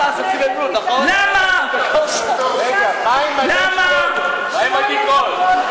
מה עם עדי קול?